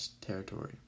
territory